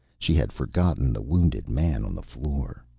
she had forgotten the wounded man on the floor.